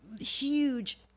huge